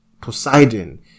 Poseidon